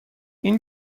این